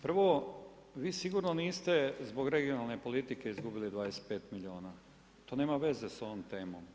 Prvo vi sigurno niste zbog regionalne politike izgubili 25 milijuna, to nema veze sa ovom temom.